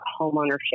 homeownership